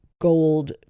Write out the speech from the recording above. gold